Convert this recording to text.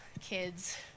kids